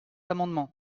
amendement